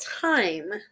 time